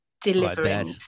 delivering